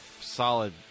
solid